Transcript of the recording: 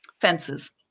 Fences